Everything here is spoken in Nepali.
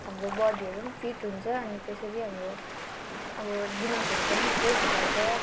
हाम्रो बडीहरू पनि फिट हुन्छ अनि त्यसरी हाम्रो अब दिमागहरू पनि फ्रेस हुन्छ